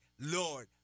Lord